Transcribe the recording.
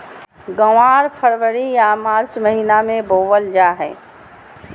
ग्वार फरवरी या मार्च महीना मे बोवल जा हय